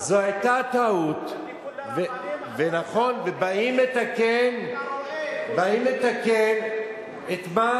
זאת היתה טעות, ונכון, באים לתקן את מה